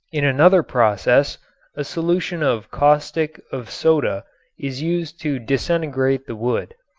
in another process a solution of caustic of soda is used to disintegrate the wood.